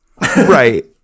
right